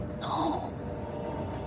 No